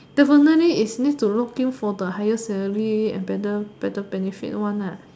definitely is need to looking for the higher salary and better better benefit one